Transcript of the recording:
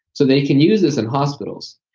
so they can use this in hospitals,